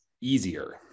easier